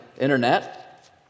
internet